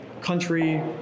country